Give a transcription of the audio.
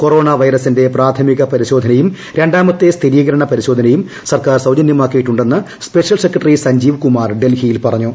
corona വൈറസിന്റെ പ്രാഥമിക പരിശ്ചേജ്ജന്യും രണ്ടാമത്തെ സ്ഥിരീകരണ പരിശോധനയും സർക്കാർ ൃസ്ാജന്യമാക്കിയിട്ടുണ്ടെന്ന് സ്പെഷ്യൽ സെക്രട്ടറി സഞ്ജീവ കുമാർ ഡൽഹിയിൽ പറഞ്ഞു